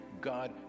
God